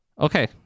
Okay